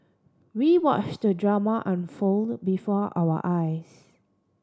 we watched the drama unfold before our eyes